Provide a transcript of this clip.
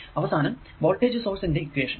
അവസാനം voltage source ന്റെ equation